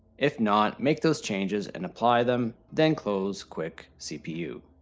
if not make those changes and apply them, then close quick cpu.